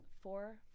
four